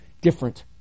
different